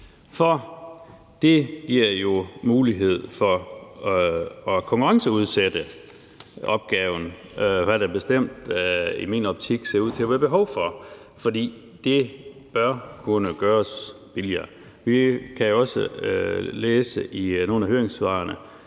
Det giver jo mulighed for at konkurrenceudsætte opgaven, hvad der i min optik bestemt ser ud til at være behov for, for det bør kunne gøres billigere. Vi kan også læse forskelligt i nogle af høringssvarene,